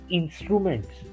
instruments